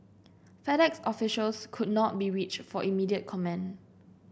Fed Ex officials could not be reached for immediate comment